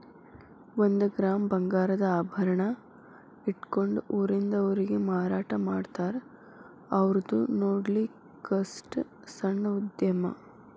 ಒಂದ ಗ್ರಾಮ್ ಬಂಗಾರದ ಆಭರಣಾ ಇಟ್ಕೊಂಡ ಊರಿಂದ ಊರಿಗೆ ಮಾರಾಟಾಮಾಡ್ತಾರ ಔರ್ದು ನೊಡ್ಲಿಕ್ಕಸ್ಟ ಸಣ್ಣ ಉದ್ಯಮಾ